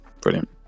brilliant